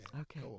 Okay